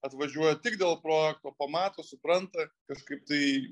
atvažiuoja tik dėl projekto pamato supranta kažkaip tai